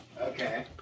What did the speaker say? Okay